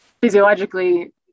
physiologically